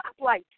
stoplight